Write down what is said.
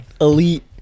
Elite